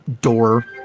door